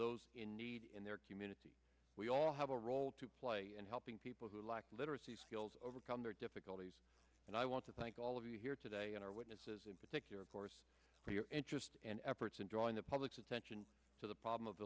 those in need in their community we all have a role to play in helping people who lack literacy skills overcome their difficulties and i want to thank all of you here today and our witnesses in particular of course for your interest and efforts in drawing the public's attention to the problem of